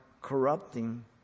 corrupting